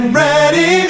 ready